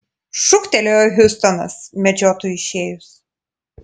šūktelėjo hiustonas medžiotojui išėjus